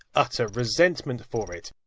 utter resentment for it?